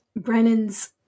Brennan's